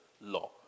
law